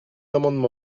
amendement